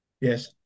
yes